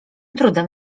trudem